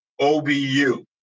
OBU